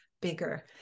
bigger